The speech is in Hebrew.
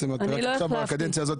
את רק מהקדנציה הזאת,